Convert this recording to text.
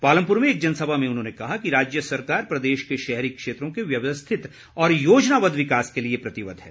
पालमपुर में एक जनसभा में उन्होंने कहा कि राज्य सरकार प्रदेश के शहरी क्षेत्रों के व्यवस्थित और योजनाबद्द विकास के लिए प्रतिबद्ध है